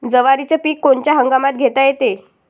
जवारीचं पीक कोनच्या हंगामात घेता येते?